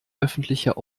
öffentlicher